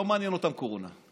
לא מעניין אותם קורונה.